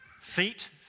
feet